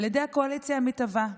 על ידי הקואליציה המתהווה.